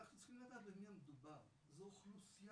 אנחנו צריכים לדעת במי המדובר, האוכלוסייה.